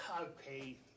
okay